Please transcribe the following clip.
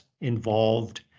involved